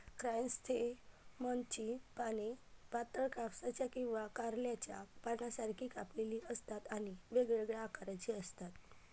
क्रायसॅन्थेममची पाने पातळ, कापसाच्या किंवा कारल्याच्या पानांसारखी कापलेली असतात आणि वेगवेगळ्या आकाराची असतात